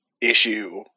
issue –